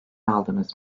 aldınız